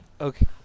Okay